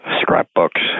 scrapbooks